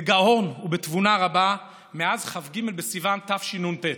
בגאון ובתבונה רבה מאז כ"ג בסיוון תשנ"ט.